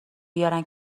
بیارن